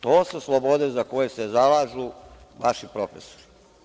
To su slobode za koje se zalažu vaši profesori.